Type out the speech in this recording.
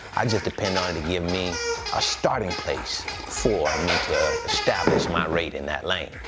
i just depend on it to give me a starting place for me to establish my rate in that lane.